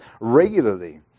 regularly